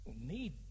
need